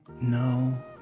No